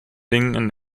dingen